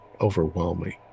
overwhelming